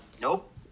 Nope